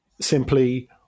simply